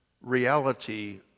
reality